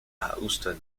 houston